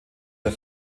der